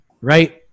right